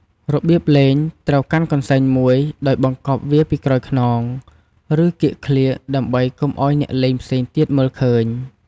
របៀបលេងត្រូវកាន់កន្សែងមួយ ដោយបង្កប់វាពីក្រោយខ្នង ឬកៀកក្លៀក ដើម្បីកុំឱ្យអ្នកលេងផ្សេងទៀតមើលឃើញ។